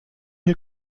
hier